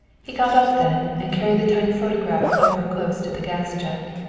he got up then, and carried the tiny photograph over close to the gas jet.